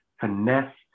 finesse